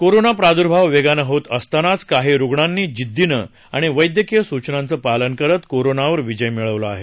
corona प्रादुर्भाव वेगानं होत असतानाच काही रुग्णांनी जिद्दीनं आणि वैद्यकीय सूचनांचं पालन करत कोरोनावर विजय मिळवला आहे